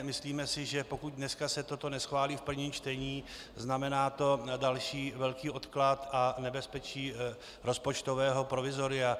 Myslíme si, že pokud dneska se toto neschválí v prvním čtení, znamená to další velký odklad a nebezpečí rozpočtového provizoria.